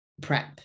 prep